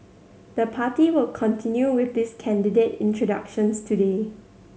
the party will continue with this candidate introductions today